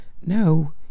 no